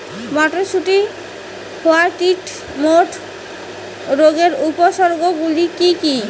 মটরশুটির white mould রোগের উপসর্গগুলি কী কী?